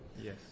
Yes